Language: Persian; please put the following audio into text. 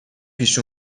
پیش